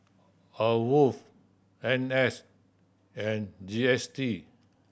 AWOL N S and G S T